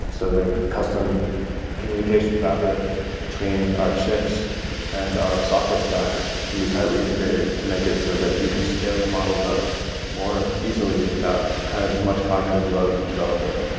so the custom communication fabric between our chips and our software stack can be tightly integrated to make it so that you can scale your models up more easily without kind of as much cognitive load on the developer.